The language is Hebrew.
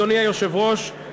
אדוני היושב-ראש,